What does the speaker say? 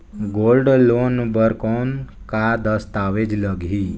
Gold loan बर कौन का दस्तावेज लगही?